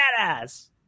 Badass